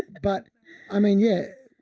but i mean, yeah.